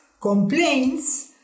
complaints